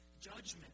judgment